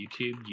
YouTube